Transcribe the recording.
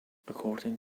according